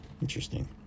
Interesting